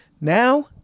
Now